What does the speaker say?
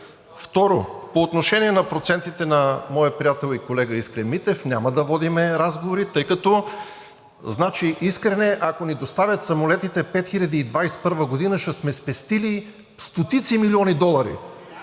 Второ, по отношение на процентите на моя приятел и колега Искрен Митев, няма да водим разговори, тъй като… Значи, Искрене, ако ни доставят самолетите 5021 г., ще сме спестили стотици милиони долари.